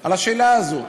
על השאלה הזו,